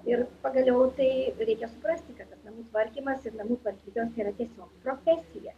ir pagaliau tai reikia suprasti kad tas namų tvarkymas ir namų tvarkytojas yra tiesiog profesija